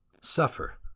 suffer